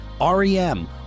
REM